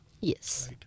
Yes